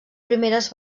primeres